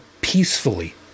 peacefully